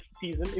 season